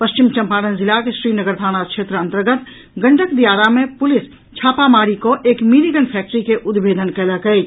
पश्चिम चम्पारण जिलाक श्रीनगर थाना क्षेत्र अन्तर्गत गडंक दियारा मे पुलिस छापामारी कऽ एक मिनीगन फैक्ट्री के उदभेदन कयलक अछि